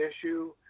issue